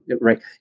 right